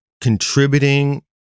contributing